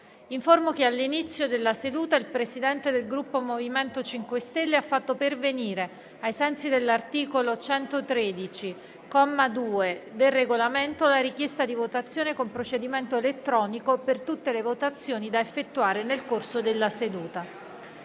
che all'inizio della seduta il Presidente del Gruppo MoVimento 5 Stelle ha fatto pervenire, ai sensi dell'articolo 113, comma 2, del Regolamento, la richiesta di votazione con procedimento elettronico per tutte le votazioni da effettuare nel corso della seduta.